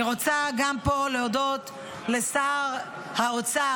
אני רוצה גם פה להודות לשר האוצר,